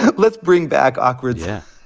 but let's bring back awkward. yeah.